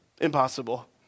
Impossible